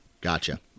Gotcha